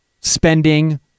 spending